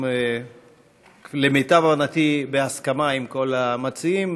ולמיטב הבנתי, בהסכמה עם כל המציעים.